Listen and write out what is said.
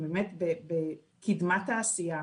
הן באמת בקדמת העשייה.